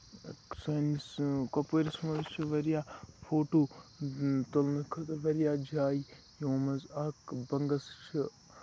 سٲنِس کۄپوٲرِس منٛز چھِ واریاہ فوٹو تُلنہٕ خٲطرٕ واریاہ جایہِ یِمو منٛز اکھ بَنگَس چھُ